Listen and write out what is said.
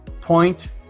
point